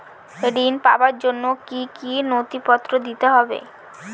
ঋণ পাবার জন্য কি কী নথিপত্র দিতে হবে?